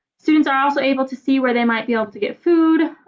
students are also able to see where they might be able to get food